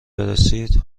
برسید